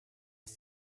ist